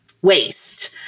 Waste